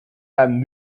einem